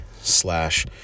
slash